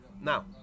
Now